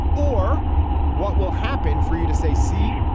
or what will happen for you to say, see?